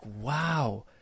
wow